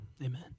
amen